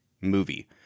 movie